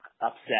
upset